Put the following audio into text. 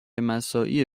مساعی